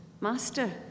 Master